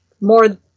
more